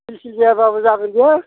गिसि जायाबाबो जागोन बियो